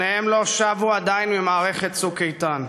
שניהם לא שבו עדיין ממערכת "צוק איתן".